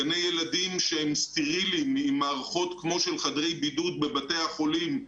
גני ילדים שהם סטריליים עם מערכות כמו של חדרי בידוד בבתי חולים,